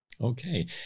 Okay